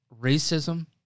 racism